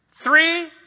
Three